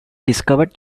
discovered